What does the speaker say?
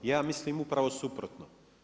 Ja mislim upravo suprotno.